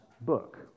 book